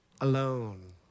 alone